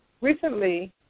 Recently